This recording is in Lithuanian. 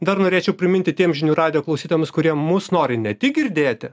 dar norėčiau priminti tiem žinių radijo klausytojams kurie mus nori ne tik girdėti